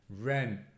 rent